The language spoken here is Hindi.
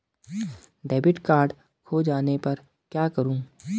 डेबिट कार्ड खो जाने पर क्या करूँ?